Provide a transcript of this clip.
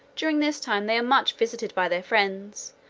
during this time they are much visited by their friends,